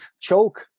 Choke